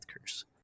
curse